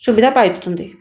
ସୁବିଧା ପାଇଛନ୍ତି